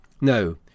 No